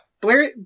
Blair